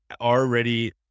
already